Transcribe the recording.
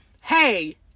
Hey